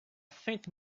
faint